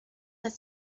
had